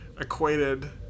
equated